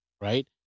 right